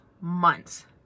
months